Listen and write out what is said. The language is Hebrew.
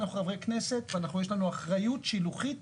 אנחנו חברי כנסת ויש לנו אחריות שילוחית